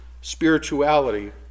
spirituality